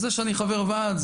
זה שאני חבר ועד,